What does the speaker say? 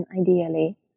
ideally